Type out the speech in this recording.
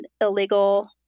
illegal